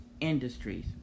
industries